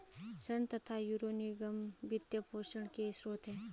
ऋण तथा यूरो निर्गम वित्त पोषण के स्रोत है